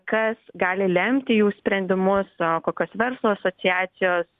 kas gali lemti jų sprendimus kokios verslo asociacijos